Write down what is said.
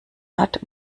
hat